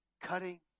cutting